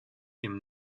him